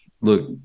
look